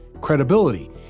credibility